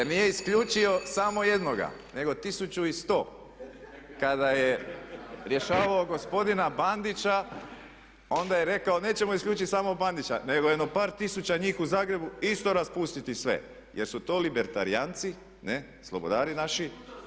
Nije isključio samo jednoga nego 1100 kada je rješavao gospodina Bandića onda je rekao nećemo isključiti samo Bandića nego jedno par tisuća njih u Zagrebu, isto raspustiti sve jer su to libertarijanci, ne, slobodari naši.